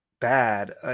bad